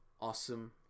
Awesome